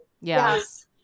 Yes